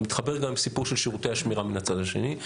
זה מתחבר גם לסיפור של שירותי השמירה מן הצד השני,